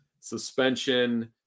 suspension